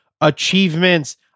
achievements